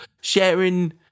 sharing